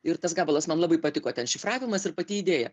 ir tas gabalas man labai patiko ten šifravimas ir pati idėja